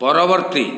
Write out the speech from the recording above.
ପରବର୍ତ୍ତୀ